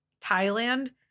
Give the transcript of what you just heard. Thailand